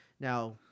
Now